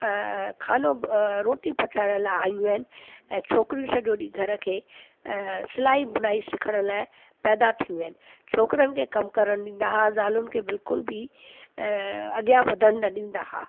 खानो रोटी पचाइण लाइ आयूं आहिनि ऐं छोकिरियूं सॼो ॾींहुं घर खे सिलाई बुनाई सिखण लाइ पैदा थींदियूं आहिनि छोकरनि खे कमु करणु ॾींदा हुआ ज़ालुनि खे बिल्कुल बि अॻियां वधण न ॾींदा हुआ